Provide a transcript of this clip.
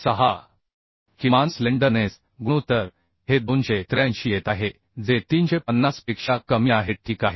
6 किमान स्लेंडरनेस गुणोत्तर हे 283 येत आहे जे 350 पेक्षा कमी आहे ठीक आहे